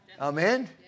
Amen